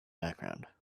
background